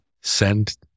send